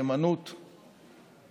לא אמרת אחדות,